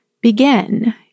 begin